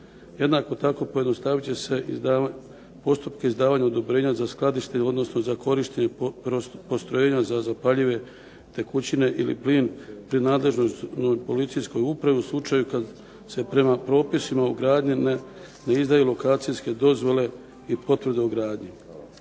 Jednako tako pojednostavit će se postupke izdavanja odobrenja za skladište, odnosno za korištenje postrojenja za zapaljive tekućine ili plin pri nadležnoj policijskoj upravi u slučaju kad se prema propisima o gradnji ne izdaju lokacijske dozvole i potvrde o gradnji.